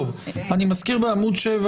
בעמוד 7